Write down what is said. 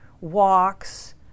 walks